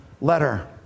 letter